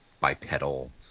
bipedal